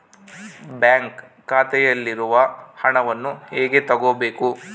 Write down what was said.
Bank ಖಾತೆಯಲ್ಲಿರುವ ಹಣವನ್ನು ಹೇಗೆ ತಗೋಬೇಕು?